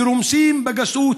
שרומסים בגסות